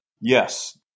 Yes